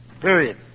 Period